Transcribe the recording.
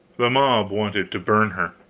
the mob wanted to burn her.